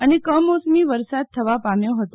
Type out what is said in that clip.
અને કમોસમી વરસાદ થવા પામ્યો ફતો